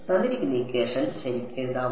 ശരിക്ക് എഴുതാമോ